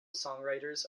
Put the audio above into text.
songwriters